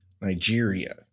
Nigeria